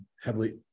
heavily